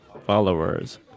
Followers